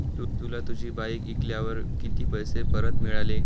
तुला तुझी बाईक विकल्यावर किती पैसे परत मिळाले?